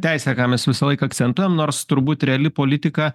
teisę ką mes visąlaik akcentuojam nors turbūt reali politika